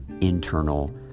internal